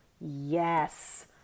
yes